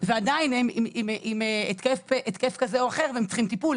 ועדיין הם עם התקף כזה או אחר והם צריכים טיפול.